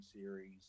series